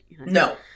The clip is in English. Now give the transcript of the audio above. No